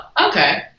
okay